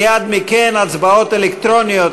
ומייד לאחר מכן יהיו הצבעות אלקטרוניות,